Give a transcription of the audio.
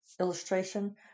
illustration